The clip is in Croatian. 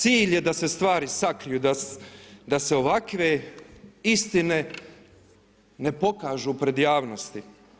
Cilj je da se stvari sakriju, da se ovakve istine ne pokažu pred javnosti.